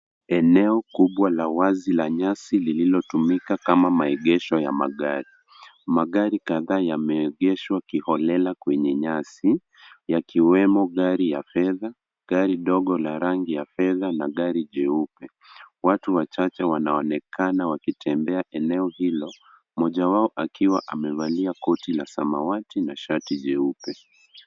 Eneo kubwa la wazi la nyazi lililotumika kama maegesho ya magari, magari kataa yameegeshwa kiholela kwenye nyazi, yakiwemo gari ya fedha, gari ndogo la rangi ya fedha na gari jeupe. watu wachache wanaonekana wakitembea eneo hilo moja wao akiwa amevalia koti la samawati, na shati jeupe.